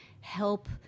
help –